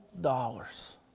dollars